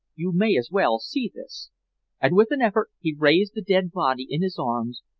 you may as well see this and with an effort he raised the dead body in his arms,